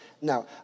Now